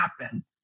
happen